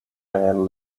man